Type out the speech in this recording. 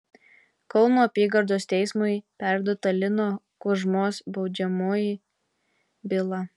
kauno apygardos teismui perduota lino kudžmos baudžiamoji byla